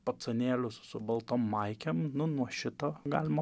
pacanėlius su baltom maikėm nu nuo šito galima